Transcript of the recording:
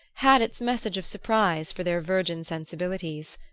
had its message of surprise for their virgin sensibilities.